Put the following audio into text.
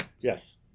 Yes